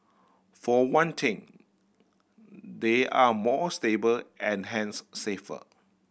for one thing they are more stable and hence safer